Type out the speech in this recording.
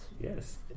Yes